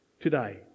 today